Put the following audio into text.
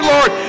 Lord